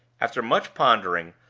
after much pondering,